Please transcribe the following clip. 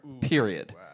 period